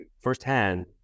firsthand